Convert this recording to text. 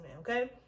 okay